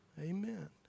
amen